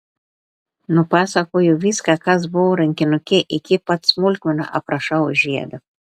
nupasakoju viską kas buvo rankinuke iki pat smulkmenų aprašau žiedą